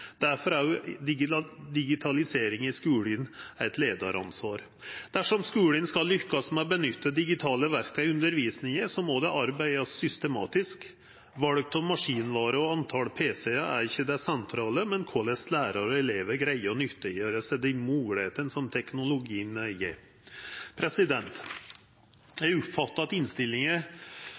i skulen òg eit leiaransvar. Dersom skulen skal lykkast med å nytta digitale verktøy i undervisninga, må det arbeidast systematisk. Val av maskinvare og tal på pc-ar er ikkje det sentrale, men korleis lærarar og elevar greier å nyttiggjera seg dei moglegheitene som teknologien gjev. Eg oppfattar av innstillinga